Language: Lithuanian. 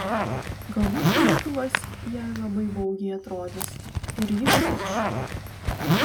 galbūt šaldytuvas jai labai baugiai atrodys ir ji šnypš